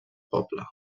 poble